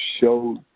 show